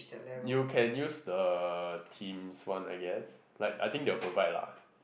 you can use the team's one I guess like I think they will provide lah